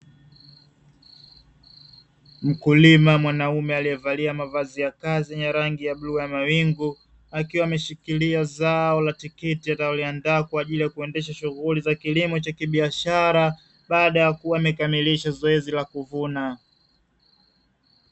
Mkulima wa mwanaume alievalia mavazi ya kazi yenye rangi ya bluu ya mawingu , akiwa ameshikilia zao la tikiti aliloliandaa kwaajili ya kuendesha kilimo cha kibiashara baada ya kukamilisha zoezi la kuvuna.